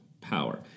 power